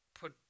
put